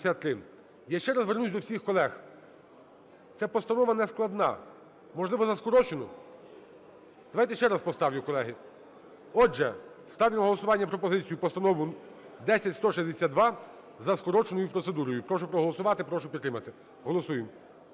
Я ще раз звернусь до всіх колег: ця постанова нескладна. Можливо, за скорочену? Давайте ще раз поставлю, колеги. Отже, ставлю на голосування пропозицію: постанову 10162 – за скороченою процедурою. Прошу проголосувати, прошу підтримати. Голосуємо.